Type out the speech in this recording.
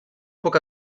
poca